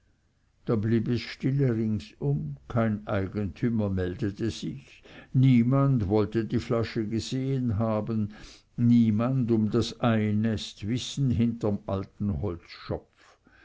da blieb es stille ringsum kein eigentümer meldete sich niemand wollte die flasche gesehen haben niemand um das einest wissen hinterm alten holzschopf